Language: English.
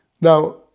Now